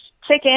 Chicken